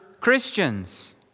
Christians